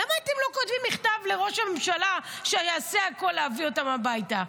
למה אתם לא כותבים מכתב לראש הממשלה שיעשה הכול להביא אותם הביתה?